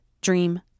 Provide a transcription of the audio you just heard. dream